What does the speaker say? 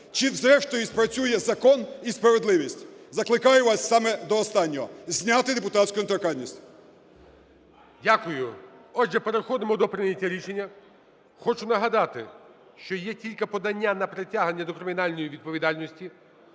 чи зрештою спрацює закон і справедливість. Закликаю вас саме до останнього – зняти депутатську недоторканність. ГОЛОВУЮЧИЙ. Дякую. Отже, переходимо до прийняття рішення. Хочу нагадати, що є тільки подання на притягнення до кримінальної відповідальності,